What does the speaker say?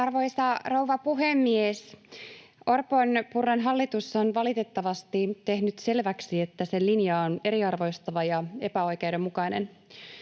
Arvoisa rouva puhemies! Orpon—Purran hallitus on valitettavasti tehnyt selväksi, että sen linja on eriarvoistava ja epäoikeudenmukainen.